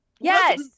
Yes